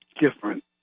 different